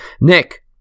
Nick